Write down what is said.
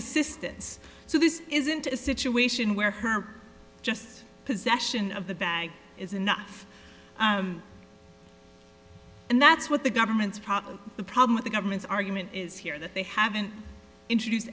assistance so this isn't a situation where her just possession of the bag is enough and that's what the government's problem the problem of the government's argument is here that they haven't introduced